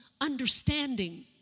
understanding